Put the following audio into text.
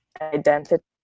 identity